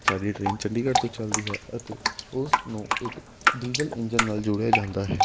ਸਾਡੀ ਟ੍ਰੇਨ ਚੰਡੀਗੜ ਤੋਂ ਚੱਲਦੀ ਹੈ ਅਤੇ ਉਸ ਨੂੰ ਇੱਕ ਡੀਜ਼ਲ ਇੰਜਨ ਨਾਲ ਜੋੜਿਆ ਜਾਂਦਾ ਹੈ